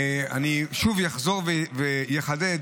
אני שוב אחזור ואחדד,